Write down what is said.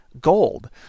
Gold